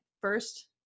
first